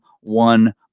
one